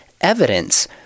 evidence